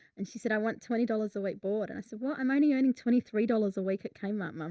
and she said, i want twenty dollars a white board. and i said, well, i'm only earning twenty three dollars a week at kmart, mum,